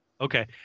Okay